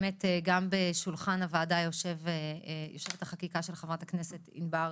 באמת גם על שולחן הוועדה יושבת החקיקה של חברת הכנסת ענבר בזק,